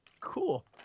cool